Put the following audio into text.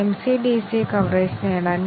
അതിനാൽ decision coverage കൈവരിക്കുന്നു